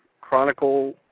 chronicle